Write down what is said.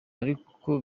ariko